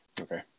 Okay